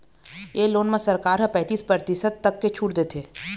ए loan म सरकार ह पैतीस परतिसत तक के छूट देथे